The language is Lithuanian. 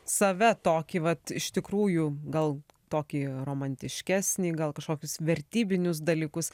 save tokį vat iš tikrųjų gal tokį romantiškesnį gal kažkokius vertybinius dalykus